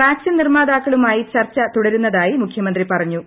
vaccine നിർമാതാക്കളുമായി ചിർച്ച് തുടരുന്നതായി മുഖ്യമന്ത്രി പറഞ്ഞു